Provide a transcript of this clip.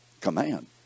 command